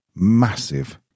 massive